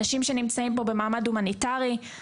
אנשים שנמצאים כאן במעמד הומניטרי,